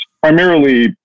primarily